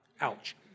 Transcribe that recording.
Ouch